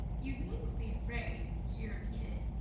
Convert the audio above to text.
you needn't be afraid, she repeated.